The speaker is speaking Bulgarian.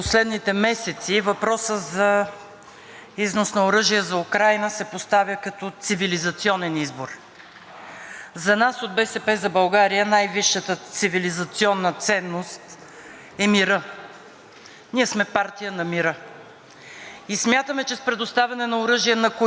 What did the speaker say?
За нас от „БСП за България“ най-висшата цивилизационна ценност е мирът. Ние сме партия на мира и смятаме, че с предоставяне на оръжие на която и да е от две воюващи страни мир не може да се постигне. Повече оръжие означава повече война.